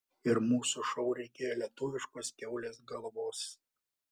ir mūsų šou reikėjo lietuviškos kiaulės galvos